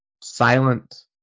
silent